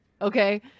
Okay